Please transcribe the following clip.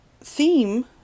theme